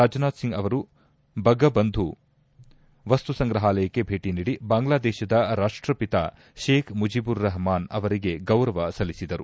ರಾಜ್ನಾಥ್ ಸಿಂಗ್ ಅವರು ಬಂಗಬಂಧು ವಸ್ತುಸಂಗ್ರಹಾಲಯಕ್ಕೆ ಭೇಟ ನೀಡಿ ಬಾಂಗ್ಲಾದೇಶದ ರಾಷ್ಟಪಿತ ಶೇಖ್ ಮುಜೀಬುರ್ರಹ್ಮನ್ ಅವರಿಗೆ ಗೌರವ ಸಲ್ಲಿಸಿದರು